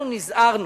אנחנו נזהרנו,